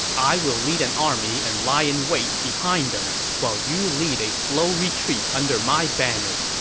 i will lead an army and lie in wait behind them, while you lead a slow retreat under my banner.